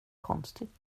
konstigt